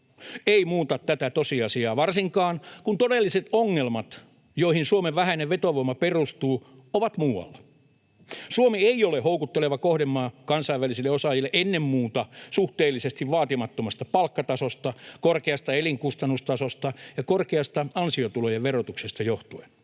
ei muuta tätä tosiasiaa, varsinkaan kun todelliset ongelmat, joihin Suomen vähäinen vetovoima perustuu, ovat muualla. Suomi ei ole houkutteleva kohdemaa kansainvälisille osaajille ennen muuta suhteellisesti vaatimattomasta palkkatasosta, korkeasta elinkustannustasosta ja korkeasta ansiotulojen verotuksesta johtuen.